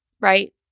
right